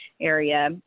area